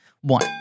One